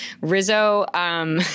Rizzo